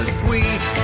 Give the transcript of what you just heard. sweet